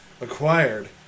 acquired